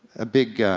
a big